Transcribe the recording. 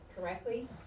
correctly